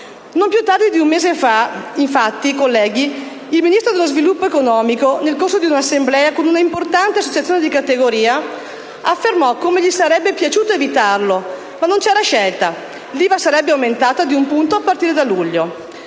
Non più tardi di un mese fa, infatti, colleghi, il Ministro dello sviluppo economico, nel corso dell'assemblea di una importante associazione di categoria, affermò che gli sarebbe piaciuto evitarlo, ma non c'era scelta: l'IVA sarebbe aumentata di un punto a partire da luglio.